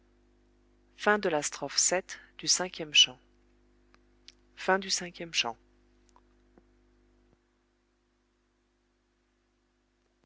du quatrième chant chant cinquième